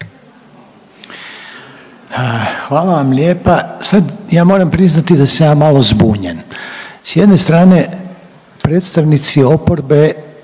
Hvala vam lijepa. Sada ja moram priznati da sam ja malo zbunjen. S jedne strane predstavnici oporbe